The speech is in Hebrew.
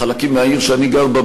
בחלקים מהעיר שאני גר בה,